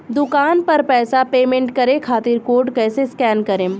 दूकान पर पैसा पेमेंट करे खातिर कोड कैसे स्कैन करेम?